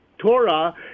Torah